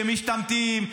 שמשתמטים,